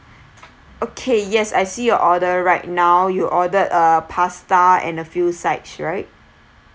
okay yes I see your order right now you ordered a pasta and a few sides right